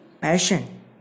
passion